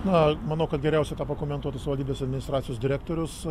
na manau kad geriausia tą pakomentuotų savivaldybės administracijos direktorius